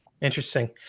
Interesting